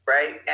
Right